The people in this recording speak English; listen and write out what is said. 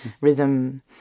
rhythm